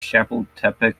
chapultepec